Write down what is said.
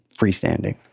freestanding